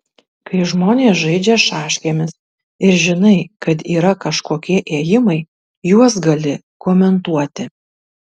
kai žmonės žaidžia šaškėmis ir žinai kad yra kažkokie ėjimai juos gali komentuoti